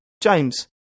James